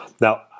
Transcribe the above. Now